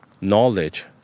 knowledge